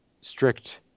strict